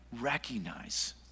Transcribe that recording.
recognize